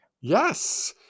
Yes